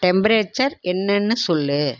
temperature என்னன்னு சொல்